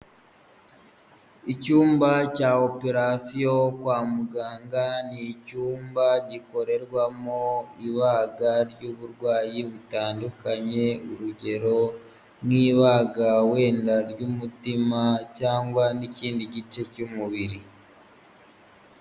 Icyumba cya operasiyo kwa muganga, ni icyumba gikorerwamo ibaga ry'uburwayi butandukanye, urugero nk'ibaga wenda ry'umutima cyangwa n'ikindi gice cy'umubiri.